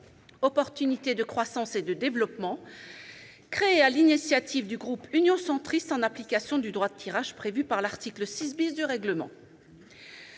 opportunité de croissance et de développement », créée sur l'initiative du groupe Union Centriste en application du droit de tirage prévu par l'article 6 du règlement.